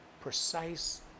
precise